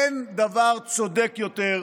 אין דבר צודק יותר,